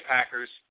Packers